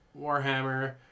Warhammer